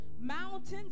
mountains